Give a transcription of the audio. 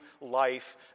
life